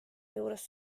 juures